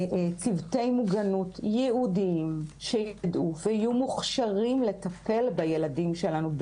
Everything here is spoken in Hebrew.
צוותי מוגנות ייעודיים שיידעו ויהיו מוכשרים לטפל בילדים שלנו,